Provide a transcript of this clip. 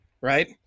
right